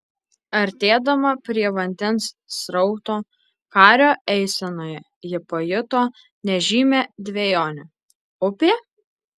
artėdama prie vandens srauto kario eisenoje ji pajuto nežymią dvejonę upė